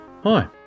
hi